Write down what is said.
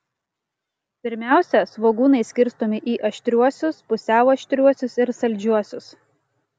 pirmiausia svogūnai skirstomi į aštriuosius pusiau aštriuosius ir saldžiuosius